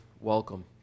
welcome